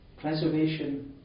Preservation